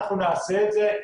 אנחנו נעשה את זה,